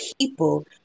people